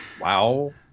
wow